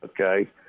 Okay